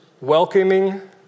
welcoming